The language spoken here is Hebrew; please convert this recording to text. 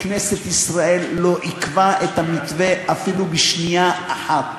כנסת ישראל לא עיכבה את המתווה אפילו בשנייה אחת.